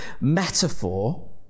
metaphor